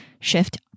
Shift